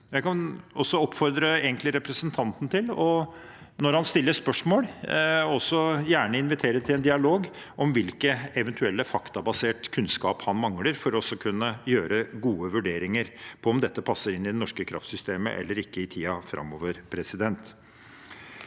Jeg kan også oppfordre representanten, når han stiller spørsmål, til gjerne å invitere til en dialog om hvilken faktabasert kunnskap han eventuelt mangler for å kunne foreta gode vurderinger av om dette passer inn i det norske kraftsystemet eller ikke i tiden framover. Jeg